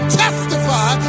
testify